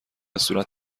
صورت